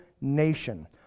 nation